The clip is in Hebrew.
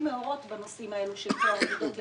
מאורות בנושאים האלו של טוהר המידות,